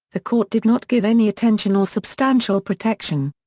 the court did not give any attention or substantial protection.